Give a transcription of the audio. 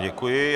Děkuji.